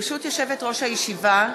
ברשות יושבת-ראש הישיבה,